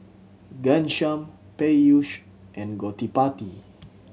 Ghanshyam Peyush and Gottipati